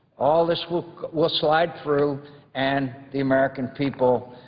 all this will will slide through and the american people,